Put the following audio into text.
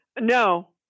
No